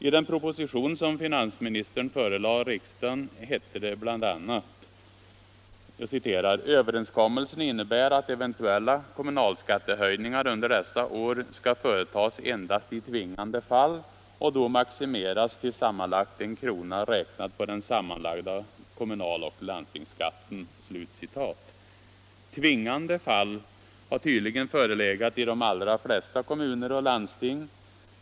I den proposition som finansministern förelade riksdagen hette det bl.a.: ”Överenskommelsen innebär att eventuella kommunalskattehöjningar under dessa år skall företas endast i tvingande fall och då maximeras till sammanlagt 1 krona räknat på den sammanlagda kommunaloch landstingsskatten.” Tvingande fall har tydligen förelegat i de allra flesta kommuner och landsting.